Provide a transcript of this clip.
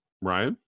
Ryan